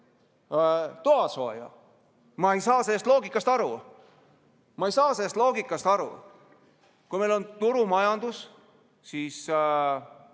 toasooja. Ma ei saa sellest loogikast aru. Ma ei saa sellest loogikast aru! Kui meil on turumajandus, siis